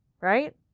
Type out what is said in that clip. right